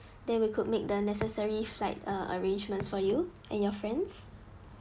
then we could make the necessary flight uh arrangements for you and your friends